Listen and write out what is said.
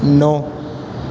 نو